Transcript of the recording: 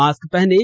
mask पहनें